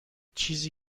چیزی